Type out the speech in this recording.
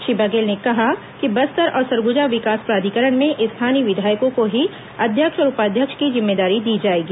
श्री बघेल ने कहा कि बस्तर और सरगुजा विकास प्राधिकरण में स्थानीय विधायकों को ही अध्यक्ष और उपाध्यक्ष की जिम्मेदारी दी जाएगी